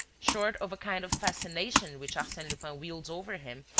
short of a kind of fascination which arsene lupin wields over him,